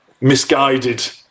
misguided